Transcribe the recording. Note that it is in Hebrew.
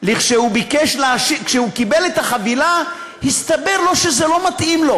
כשהוא קיבל את החבילה הסתבר לו שזה לא מתאים לו,